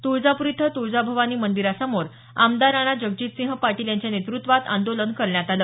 तुळजापूर इथं तुळजाभवानी मंदिरासमोर आमदार राणा जगजितसिंह पाटील यांच्या नेतृत्वात आंदोलन करण्यात आलं